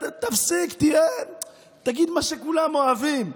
תפסיק, תגיד מה שכולם אוהבים.